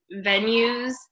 venues